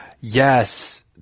Yes